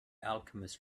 alchemist